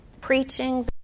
Preaching